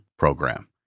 program